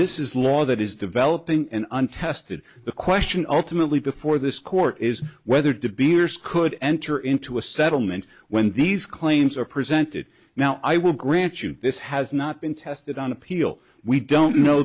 this is law that is developing and untested the question ultimately before this court is whether de beers could enter into a settlement when these claims are presented now i will grant you this has not been tested on appeal we don't know